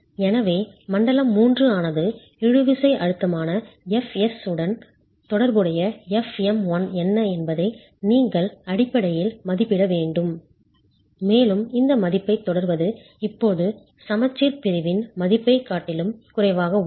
எனவே மண்டலம் 3 ஆனது இழுவிசை அழுத்தமான Fs உடன் தொடர்புடைய f m1 என்ன என்பதை நீங்கள் அடிப்படையில் மதிப்பிட வேண்டும் மேலும் இந்த மதிப்பைத் தொடர்வது இப்போது சமச்சீர் பிரிவின் மதிப்பைக் காட்டிலும் குறைவாக உள்ளது